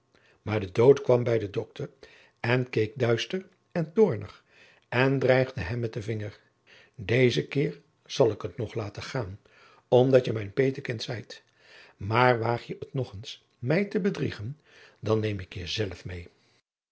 maar de dood kwam bij den dokter en keek duister en toornig en dreigde hem met den vinger déze keer zal ik het nog laten gaan omdat je mijn peetekind zijt maar waag je het nog eens mij te bedriegen dan neem ik jezelf meê